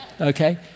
Okay